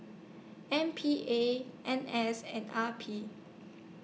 M P A N S and R P